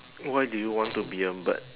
why do you want to be a bird